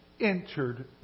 entered